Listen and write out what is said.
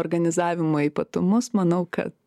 organizavimo ypatumus manau kad